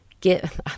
get